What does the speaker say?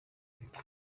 bintu